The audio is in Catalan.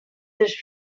tres